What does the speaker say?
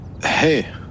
Hey